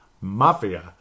Mafia